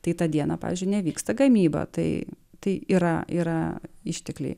tai tą dieną pavyzdžiui nevyksta gamyba tai tai yra yra ištekliai